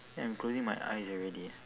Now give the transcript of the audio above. I'm closing my eyes already